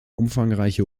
umfangreiche